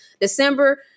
December